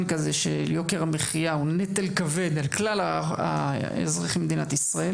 כזה שיוקר המחיה הוא נטל כבד על כלל האזרחים במדינת ישראל